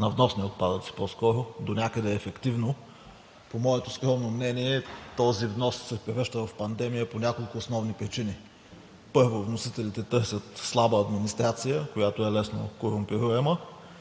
на вносни отпадъци по-скоро, донякъде ефективно. По моето скромно мнение този внос се превръща в пандемия по няколко основни причини. Първо, вносителите търсят слаба администрация, която е лесно корумпируема.